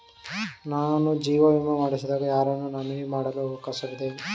ನಾನು ಜೀವ ವಿಮೆ ಮಾಡಿಸಿದಾಗ ಯಾರನ್ನು ನಾಮಿನಿ ಮಾಡಲು ಅವಕಾಶವಿದೆ?